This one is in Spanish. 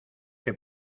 que